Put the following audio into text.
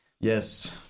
Yes